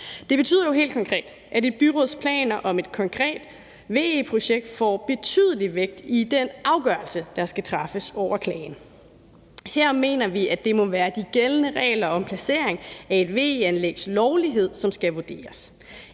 Det betyder jo helt konkret, at et byråds planer om et konkret VE-projekt får betydelig vægt i den afgørelse, der skal træffes over klagen. Her mener vi, at det må være de gældende regler om lovligheden af et VE-anlægs placering, som skal vurdere